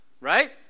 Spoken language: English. Right